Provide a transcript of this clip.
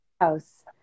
house